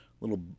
little